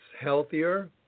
healthier